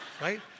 Right